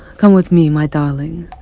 come with me, my darling.